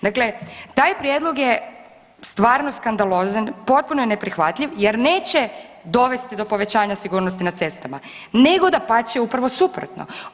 Dakle, taj prijedlog je stvarno skandalozan, potpuno je neprihvatljiv jer neće dovesti do povećanja sigurnosti na cestama, nego dapače upravo suprotno.